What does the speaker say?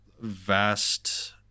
vast